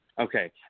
Okay